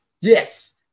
Yes